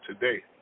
today